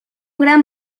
gran